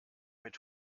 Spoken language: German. mit